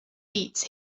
beats